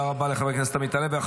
תודה רבה לחבר הכנסת עמית הלוי.